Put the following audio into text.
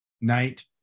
night